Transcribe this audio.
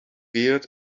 reared